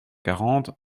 quarante